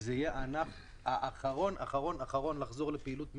זה יהיה הענף האחרון לחזור לפעילות מלאה,